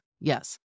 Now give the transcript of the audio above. yes